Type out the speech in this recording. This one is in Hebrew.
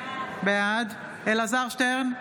בעד אלעזר שטרן,